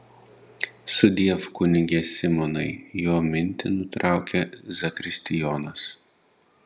sudiev kunige simonai jo mintį nutraukia zakristijonas